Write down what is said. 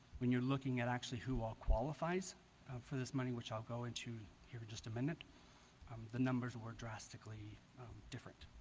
when you're looking at actually who all qualifies for this money, which i'll go into here in just a minute um the numbers were drastically different